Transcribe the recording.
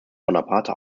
bonaparte